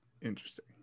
Interesting